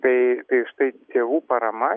tai tai štai tėvų parama